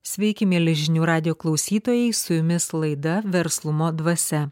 sveiki mieli žinių radijo klausytojai su jumis laida verslumo dvasia